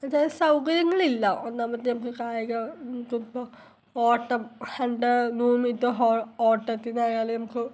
ഇത് സൗകര്യങ്ങളില്ല ഒന്നാമത് നമുക്ക് കായിക ഇപ്പോൾ ഓട്ടം ഹണ്ട്രഡ് നൂറ് മീറ്റർ ഹോ ഓട്ടത്തിനായലും നമുക്ക്